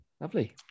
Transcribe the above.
Lovely